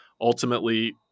ultimately